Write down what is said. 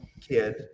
kid